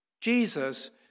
Jesus